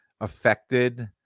affected